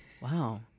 Wow